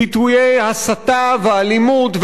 והשמצות ושנאה,